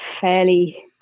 fairly